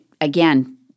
again